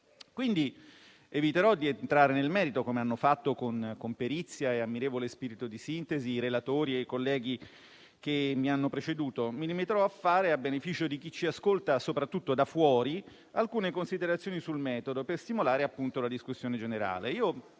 quindi di entrare nel merito, come hanno fatto con perizia e ammirevole spirito di sintesi i relatori e i colleghi che mi hanno preceduto. Mi limiterò a fare, a beneficio di chi ci ascolta, soprattutto da fuori, alcune considerazioni sul metodo, per stimolare, appunto, la discussione generale.